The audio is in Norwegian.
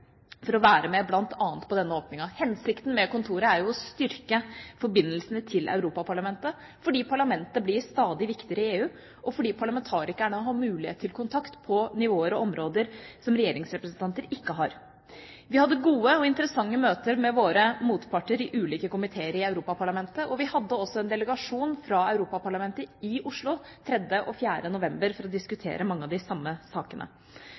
for å være med på bl.a. denne åpningen. Hensikten med kontoret er å styrke forbindelsene til Europaparlamentet, fordi dette parlamentet blir stadig viktigere i EU, og fordi parlamentarikere har mulighet til kontakt på nivåer og områder som regjeringsrepresentanter ikke har. Vi hadde gode og interessante møter med våre motparter i ulike komiteer i Europaparlamentet, og vi hadde også besøk av en delegasjon fra Europaparlamentet i Oslo 3. og 4. november for å diskutere mange av de samme sakene.